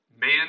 man